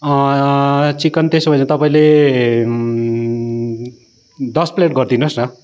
chicken त्यसो भने तपाईँले दस प्लेट गरिदिनुहोस् न